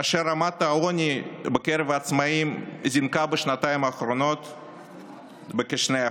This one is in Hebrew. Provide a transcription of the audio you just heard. ורמת העוני בקרב העצמאים זינקה בשנתיים האחרונות בכ-2%.